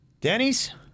Denny's